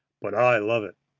but i love it.